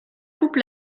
coupe